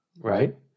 Right